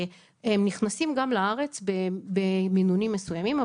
נכנסים גם לארץ במינונים מסוימים.